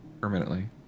permanently